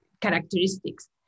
characteristics